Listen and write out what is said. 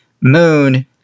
Moon